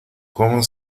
cómo